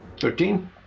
Thirteen